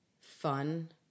fun